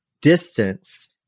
distance